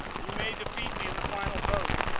you may defeat me in the final vote,